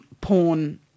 porn